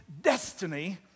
destiny